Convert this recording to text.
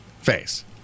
Face